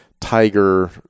tiger